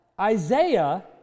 Isaiah